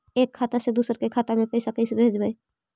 एक खाता से दुसर के खाता में पैसा कैसे भेजबइ?